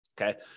Okay